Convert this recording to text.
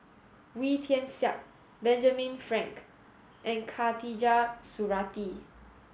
Wee Tian Siak Benjamin Frank and Khatijah Surattee